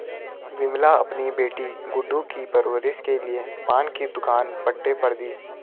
विमला अपनी बेटी गुड्डू की परवरिश के लिए पान की दुकान पट्टे पर दी